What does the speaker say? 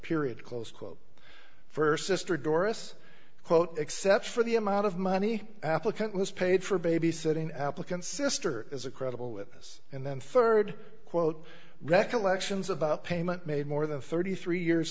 period close quote st sister doris quote except for the amount of money applicant was paid for babysitting applicants sr is a credible witness and then rd quote recollections about payment made more than thirty three years